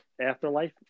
Afterlife